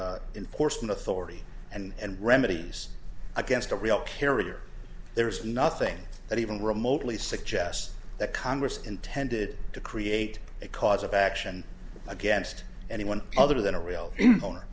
already and remedies against a real carrier there is nothing that even remotely suggests that congress intended to create a cause of action against anyone other than a real owner